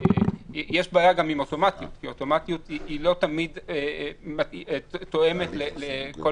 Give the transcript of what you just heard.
יש בעיה גם עם אוטומטיות כי אוטומטיות היא לא תמיד תואמת לכל